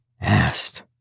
asked